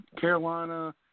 Carolina